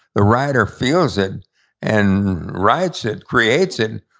the writer feels it and writes it, creates it,